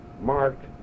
marked